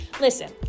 listen